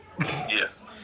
Yes